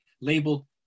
labeled